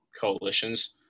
coalitions